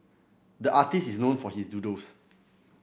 the artist is known for his doodles